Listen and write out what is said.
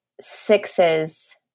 Sixes